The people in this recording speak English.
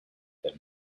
that